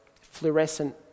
fluorescent